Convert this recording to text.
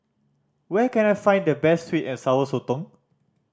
where can I find the best sweet and Sour Sotong